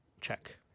check